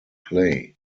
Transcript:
play